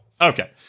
Okay